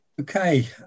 Okay